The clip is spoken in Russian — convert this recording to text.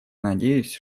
надеюсь